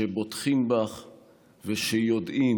שבוטחים בך ושיודעים,